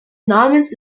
namens